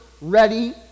ready